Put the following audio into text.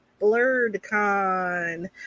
BlurredCon